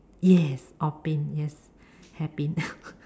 yes orh pin yes hairpin